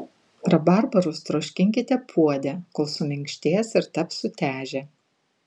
rabarbarus troškinkite puode kol suminkštės ir taps sutežę